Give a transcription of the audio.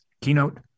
keynote